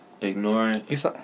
ignorant